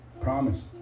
promise